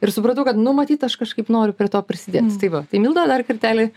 ir supratau kad nu matyt aš kažkaip noriu prie to prisidėt tai va tai milda dar kartelį